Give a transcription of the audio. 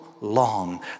long